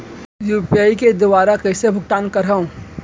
UPI के दुवारा कइसे भुगतान करहों?